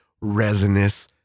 resinous